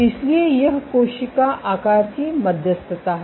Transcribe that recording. इसलिए यह कोशिका आकार की मध्यस्थता है